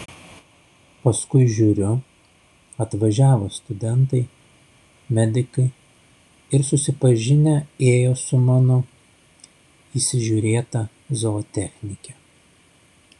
paskui žiūriu atvažiavo studentai medikai ir susipažinę ėjo su mano įsižiūrėta zootechnike